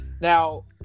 Now